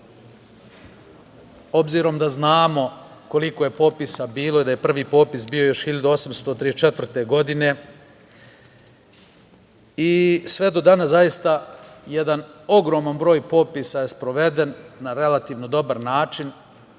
obzirom da znamo koliko je popisa bilo i da je prvi popis bio još 1834. godine, sve do danas, zaista, jedan ogroman broj popisa je sproveden na relativno dobar način,